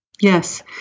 Yes